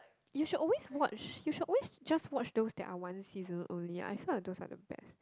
you should always watch you should always just watch those that are one season only I feel like those are the best